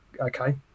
okay